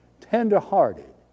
tender-hearted